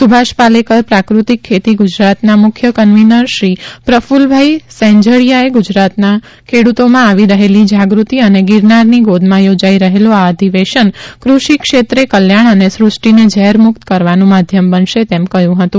સુભાષ પાલેકર પ્રાકૃતિક ખેતી ગુજરાતના મુખ્ય કન્વીનરશ્રી પ્રકૃલભાઇ સેંજળીયાએ ગુજરાતના ખેડૂતોમા આવી રહેલી જાગૃતિ અને ગિરનારની ગોદમા યોજાઇ રહેલી આ અધિવેશન કૃષિ ક્ષેત્રે કલ્યાણ અને સૃષ્ટીને ઝેર મુક્ત કરવાનુ માધ્યમ બનશે તેમ કહ્યુ હતુ